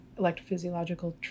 electrophysiological